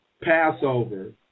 Passover